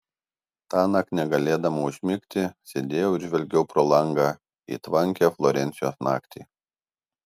tąnakt negalėdama užmigti sėdėjau ir žvelgiau pro langą į tvankią florencijos naktį